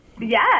Yes